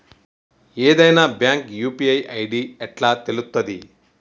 ఏదైనా bank UPI ID ఎట్లా తెలుత్తది?